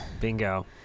Bingo